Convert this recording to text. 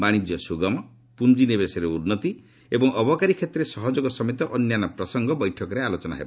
ବାଣିଜ୍ୟ ସୁଗମ ପୁଞ୍ଜିନିବେଶରେ ଉନ୍ନତି ଏବଂ ଅବକାରୀ କ୍ଷେତ୍ରରେ ସହଯୋଗ ସମେତ ଅନ୍ୟାନ୍ୟ ପ୍ରସଙ୍ଗ ବୈଠକରେ ଆଲୋଚନା ହେବ